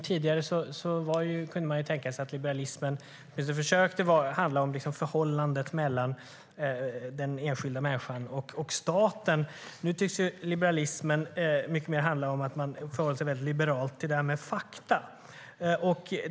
Tidigare försökte åtminstone liberalismen handla om förhållandet mellan den enskilda människan och staten. Nu tycks liberalismen mer handla om att förhålla sig väldigt liberalt till fakta.